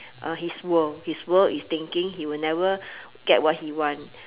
uh his world his world is thinking he will never get what he want